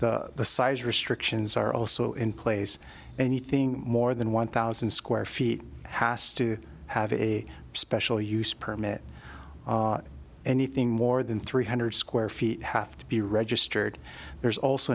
the size restrictions are also in place anything more than one thousand square feet has to have a special use permit anything more than three hundred square feet have to be registered there's also